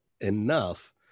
enough